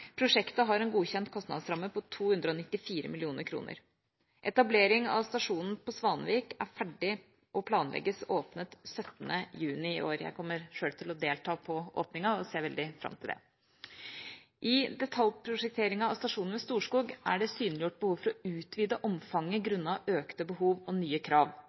Prosjektet har en godkjent kostnadsramme på 294 mill. kr. Etablering av stasjonen i Svanvik er ferdig og planlegges åpnet 17. juni i år. Jeg kommer selv til å delta på åpninga og ser veldig fram til det. I detaljprosjekteringa av stasjonen ved Storskog er det synliggjort behov for å utvide omfanget grunnet økte behov og nye krav.